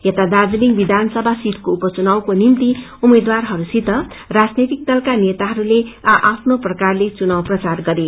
यता दार्जीलिङ विधानसभा सिटको उप चुनावको निम्ति उम्मेद्वारहरूसित राजनैतिक दलका नेताहरूले आ आफ्नो प्रकारले चुनाव प्रचार गरे